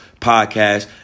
podcast